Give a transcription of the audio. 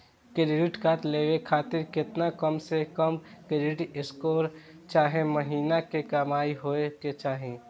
Credit card लेवे खातिर केतना कम से कम क्रेडिट स्कोर चाहे महीना के कमाई होए के चाही?